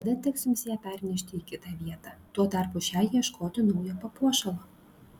tada teks jums ją pernešti į kitą vietą tuo tarpu šiai ieškoti naujo papuošalo